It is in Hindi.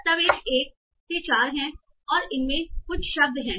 दस्तावेज़ 1 से 4 हैं और इनमें कुछ शब्द हैं